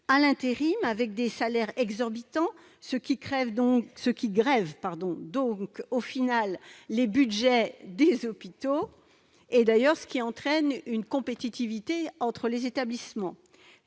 à l'intérim avec des salaires exorbitants, ce qui grève au final les budgets des hôpitaux et entraîne une compétitivité entre les établissements.